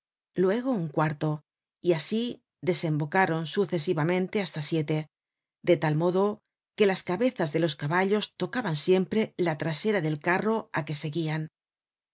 luego un cuarto y asi desembocaron sucesivamente hasta siete de tal modo que las cabezas de los caballos tocaban siempre la trasera del carro á que seguian